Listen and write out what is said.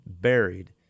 buried